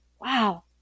Wow